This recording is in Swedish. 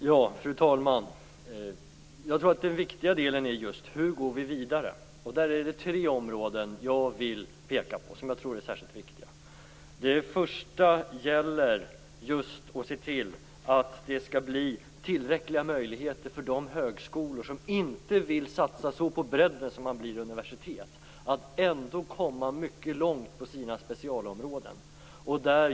Fru talman! Jag tror att den viktiga delen just är hur vi går vidare. Jag vill peka på tre områden som jag tror är särskilt viktiga. Det första gäller just att se till att det blir tillräckliga möjligheter för de högskolor, som inte vill satsa så mycket på bredden att man blir universitet, att ändå komma mycket långt på sina specialområden.